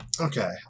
Okay